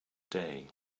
day